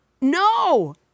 No